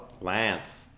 Lance